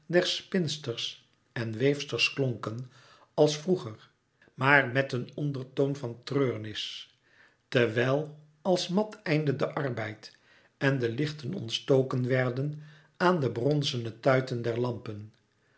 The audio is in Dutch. der spinsters en weefsters klonken als vroeger maar met een ondertoon van treurenis terwijl als mat eindde de arbeid en de lichten ontstoken werden aan de bronzene tuiten der lampen